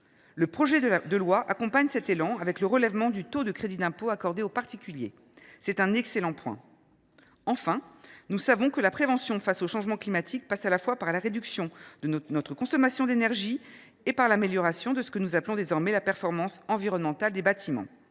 projet de loi accompagne cet élan avec le relèvement du taux du crédit d’impôt accordé aux particuliers. C’est une excellente mesure. Enfin, nous savons que la prévention face au changement climatique passe à la fois par la réduction de notre consommation d’énergie et par l’amélioration de ce que nous appelons désormais la performance environnementale des bâtiments.